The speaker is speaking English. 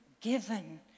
given